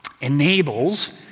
enables